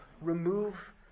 remove